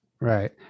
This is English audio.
Right